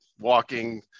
walking